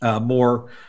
more